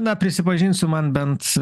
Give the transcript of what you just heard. na prisipažinsiu man bent